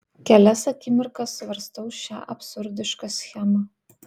kelias akimirkas svarstau šią absurdišką schemą